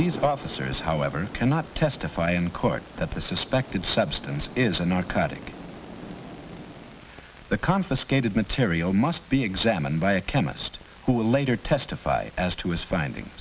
these officers however cannot testify in court that the suspected substance is a narcotic the confiscated material must be examined by a chemist who will later testify as to his finding